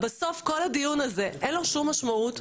בסוף לכל הדיון הזה אין שום משמעות.